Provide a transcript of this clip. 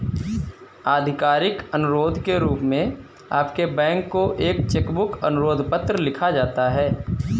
आधिकारिक अनुरोध के रूप में आपके बैंक को एक चेक बुक अनुरोध पत्र लिखा जाता है